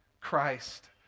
Christ